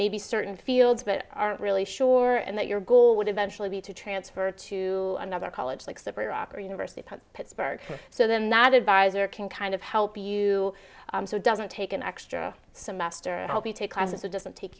maybe certain fields but aren't really sure and that your goal would eventually be to transfer to another college like slippery rock or university of pittsburgh so then that advisor can kind of help you so it doesn't take an extra semester hope you take classes it doesn't take